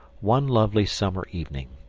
one lovely summer evening,